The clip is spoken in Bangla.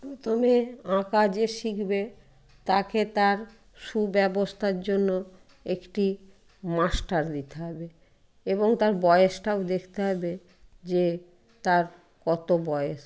প্রথমে আঁকা যে শিখবে তাকে তার সুব্যবস্তার জন্য একটি মাস্টার দিতে হবে এবং তার বয়েসটাও দেখতে হবে যে তার কতো বয়েস